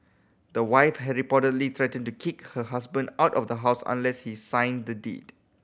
the wife had reportedly threatened to kick her husband out of the house unless he signed the deed